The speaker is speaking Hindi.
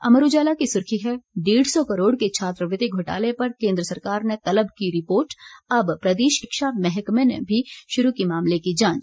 अमर उजाला की सुर्खी है डेढ़ सौ करोड़ के छात्रवृति घोटाले पर केंद्र सरकार ने तलब की रिपोर्ट अब प्रदेश के तकनीकी शिक्षा महकमें ने भी शुरू की मामले की जांच